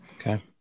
Okay